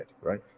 right